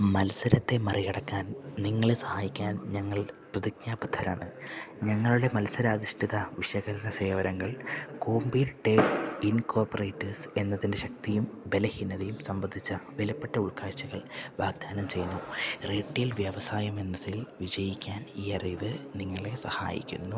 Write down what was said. മത്സരത്തെ മറികടക്കാൻ നിങ്ങളെ സഹായിക്കാൻ ഞങ്ങൾ പ്രതിജ്ഞാബദ്ധരാണ് ഞങ്ങളുടെ മത്സരാധിഷ്ഠിത വിശകലന സേവനങ്ങൾ കോംപീറ്റ് ട്ടേക് ഇൻകോർപറേറ്റേഴ്സ് എന്നതിൻ്റെ ശക്തിയും ബലഹീനതയും സംബന്ധിച്ച വിലപ്പെട്ട ഉൾക്കാഴ്ചകൾ വാഗ്ദാനം ചെയ്യുന്നു റീട്ടെയിൽ വ്യവസായം എന്നതിൽ വിജയിക്കാൻ ഈ അറിവ് നിങ്ങളെ സഹായിക്കുന്നു